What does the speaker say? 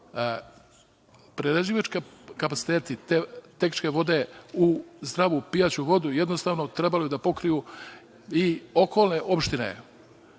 prerađivački kapaciteti te tehničke vode u zdravu pijaću vodu, jednostavno trebali bi da pokriju i okolne opštine.